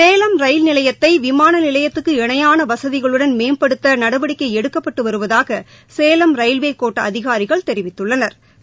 Salem rail நிலையத்தை விமான நிலையத்துக்கு இணையான வசதிகளுடன் மேம்படுத்த நடவடிக்கை எடுக்கப்பட்டு வருவதாக சேலம் ரயில்வே கோட்ட அதிகாரிகள் தெரிவித்துள்ளனா்